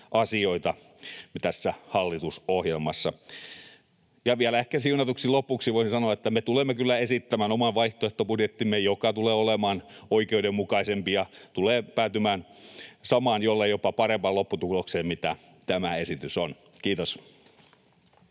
asioita tässä hallitusohjelmassa. Ja vielä ehkä siunatuksi lopuksi voisin sanoa, että me tulemme kyllä esittämään oman vaihtoehtobudjettimme, joka tulee olemaan oikeudenmukaisempi ja tulee päätymään samaan jollei jopa parempaan lopputulokseen kuin mitä tämä esitys on. — Kiitos.